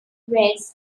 rates